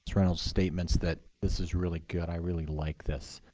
reynolds statements that this is really good. i really like this.